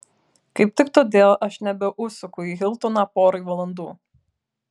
kaip tik todėl aš nebeužsuku į hiltoną porai valandų